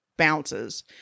Bounces